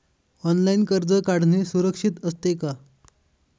Online कर्ज काढणे सुरक्षित असते का?